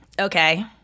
Okay